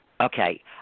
Okay